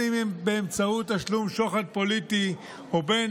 אם באמצעות תשלום שוחד פוליטי ואם